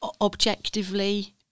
Objectively